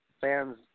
fans